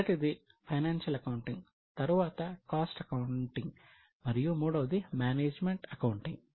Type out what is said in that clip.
మొదటిది financial accounting తరువాత cost accounting మరియు మూడవది మేనేజ్మెంట్ అకౌంటింగ్